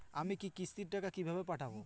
আমি কিস্তির টাকা কিভাবে পাঠাব?